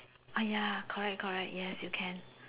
ah ya correct correct yes you can